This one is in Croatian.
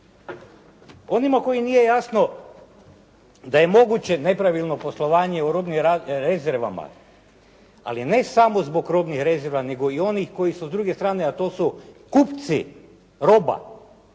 Onima kojima nije jasno da je moguće nepravilno poslovanje u robnim rezervama ali ne samo zbog robnih rezerva nego i onih koji su s druge strane, a to su kupci roba